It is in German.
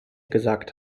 gesagt